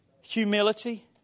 Humility